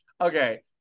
okay